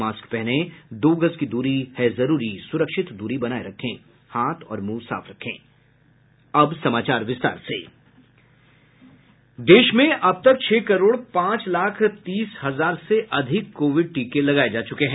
mask पहनें दो गज दूरी है जरूरी सुरक्षित दूरी बनाये रखें हाथ और मुंह साफ रखें देश में अब तक छह करोड़ पांच लाख तीस हजार से अधिक कोविड टीके लगाए जा चूके हैं